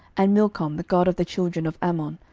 and milcom the god of the children of ammon,